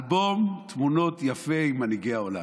אלבום תמונות יפה עם מנהיגי העולם.